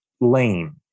lane